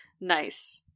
Nice